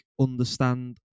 understand